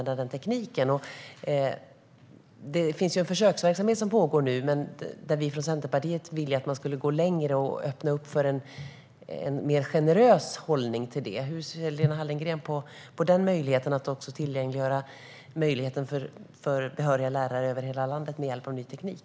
Det finns en försöksverksamhet som pågår nu, där vi från Centerpartiet ville att man skulle gå längre och öppna för en mer generös hållning. Hur ser Lena Hallengren på att kunna tillgängliggöra möjligheten för behöriga lärare över hela landet med hjälp av ny teknik?